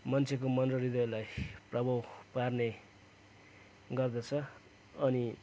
मान्छेको मन र हृदयलाई प्रभाव पार्ने गर्दछ अनि